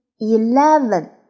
Eleven